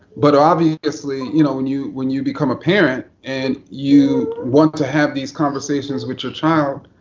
but obviously, you know when you when you become a parent and you want to have these conversations with your child,